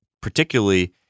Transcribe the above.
particularly